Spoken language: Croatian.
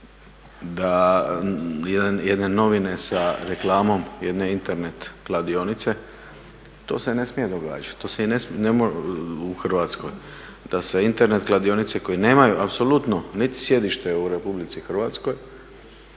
da jedne novine sa reklamom jedne Internet kladionice to se ne smije događati u Hrvatskoj da se Internet kladionice koje nemaju apsolutno niti sjedište u RH apsolutno